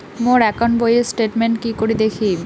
মোর account বইয়ের statement কি করি দেখিম?